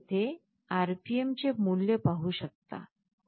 आपण येथे RPM चे मूल्य पाहू शकता